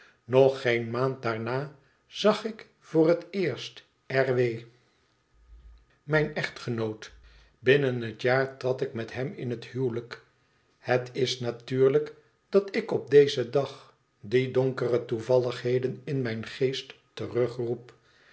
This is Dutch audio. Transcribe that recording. nog geen maand daarna zag ik voor het eerst r w binnen het jaar trad ik met hem in het huwelijk het is natuurlijk dat ik op dezen dag die donkere toevalligheden in mijn geest